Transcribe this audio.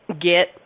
Get